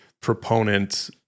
proponent